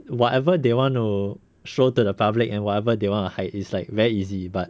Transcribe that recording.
whatever they want to show to the public and whatever they want to hide is like very easy but